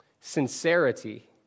Sincerity